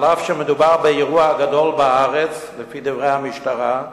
אף שמדובר באירוע הגדול בארץ לפי דברי המשטרה,